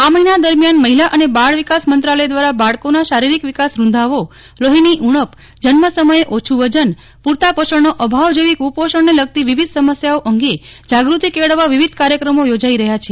આ મહિના દરમિયાન મહિલા અને બાળ વિકાસ મંત્રાલય દ્વારા બાળકોના શારિરિક વિકાસ રૂંધાવો લોહીની ઉણપ જન્મ સમયે ઓછું વજન પૂરતા પોષણનો અભાવ જેવી કુપોષણને લગતી વિવિધ સમસ્યાઓ અંગે જાગૂતિ કેળવવા વિવિધ કાર્યક્રમો યોજાઈ રહ્યા છે